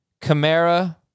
Kamara